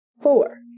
Four